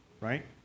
right